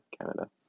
Canada